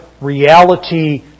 reality